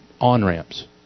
on-ramps